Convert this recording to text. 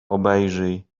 obejrzyj